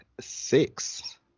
six